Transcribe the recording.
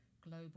global